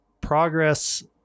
progress